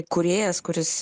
kūrėjas kuris